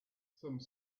some